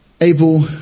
Abel